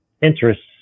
interests